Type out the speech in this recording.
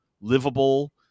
livable